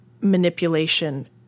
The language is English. manipulation